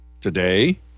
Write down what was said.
today